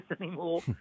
anymore